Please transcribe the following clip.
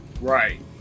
Right